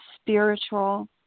spiritual